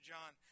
John